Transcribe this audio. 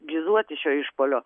gizuoti šio išpuolio